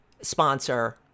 sponsor